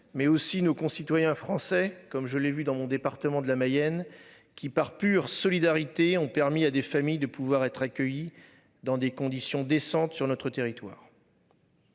mais aussi nos concitoyens français comme je l'ai vu dans mon département de la Mayenne qui par pure solidarité ont permis à des familles de pouvoir être accueillis dans des conditions décentes sur notre territoire.